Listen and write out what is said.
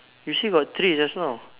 you say got three just now